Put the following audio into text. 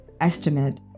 estimate